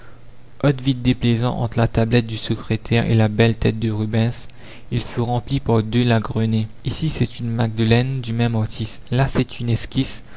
autre vide déplaisant entre la tablette du secrétaire et la belle tête de rubens il fut rempli par deux la grenée ici c'est une magdeleine du même artiste là c'est une esquisse